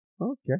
Okay